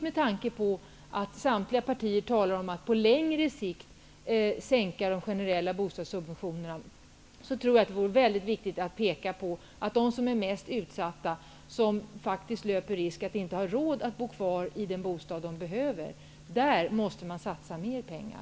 Med tanke på att samtliga partier talar om att på längre sikt sänka de generella bostadssubventionerna är det väldigt viktigt att påpeka att vi mer än i dag måste satsa på dem som är mest utsatta och som faktiskt löper risk att inte ha råd att bo kvar i den bostad som de behöver.